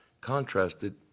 contrasted